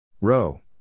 Row